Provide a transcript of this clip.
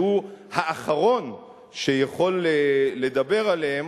שהוא האחרון שיכול לדבר עליהם.